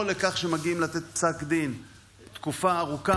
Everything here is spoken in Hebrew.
או לכך שמגיעים לתת פסק דין תקופה ארוכה